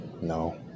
No